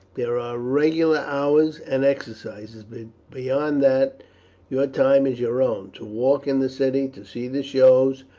there are regular hours and exercises but beyond that your time is your own, to walk in the city, to see the shows,